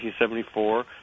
1974